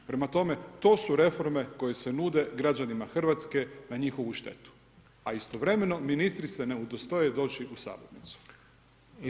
Prema tome to su reforme koje se nude građanima Hrvatske na njihovu štetu, a istovremeno ministri se ne udostoje doći u sabornicu.